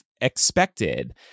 expected